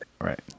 right